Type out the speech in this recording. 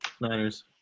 Niners